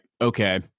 okay